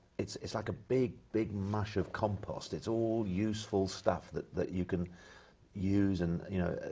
it's it's like a big, big mush of compost. it's all useful stuff that that you can use, and you know,